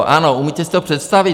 Ano, umíte si to představit?